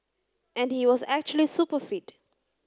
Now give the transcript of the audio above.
and he was actually super fit